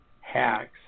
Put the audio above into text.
hacks